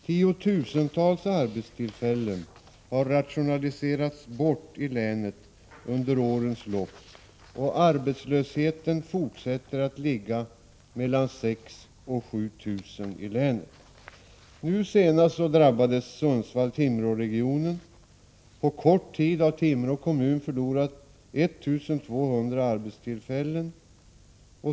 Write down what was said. Tiotusentals arbetstillfällen har rationaliserats bort i länet under årens lopp och arbetslösheten fortsätter att ligga på mellan 6 000 och 7 000 personer i länet. Nu senast drabbades Sundsvall-Timrå-regionen. På kort tid har Timrå kommun förlorat 1 200 arbetstillfällen.